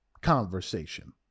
conversation